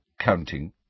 counting